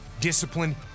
Discipline